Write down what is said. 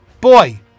Boy